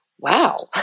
wow